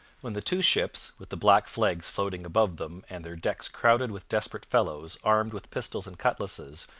when the two ships, with the black flags floating above them and their decks crowded with desperate fellows armed with pistols and cutlasses,